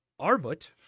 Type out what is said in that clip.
armut